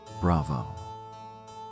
Bravo